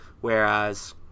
whereas